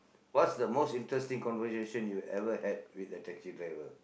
what's the most interesting conversation you've ever had with a taxi driver